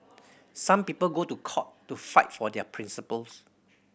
some people go to court to fight for their principles